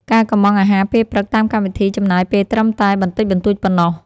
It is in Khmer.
ការកុម្ម៉ង់អាហារពេលព្រឹកតាមកម្មវិធី ចំណាយពេលត្រឹមតែបន្តិចបន្តួចប៉ុណ្ណោះ។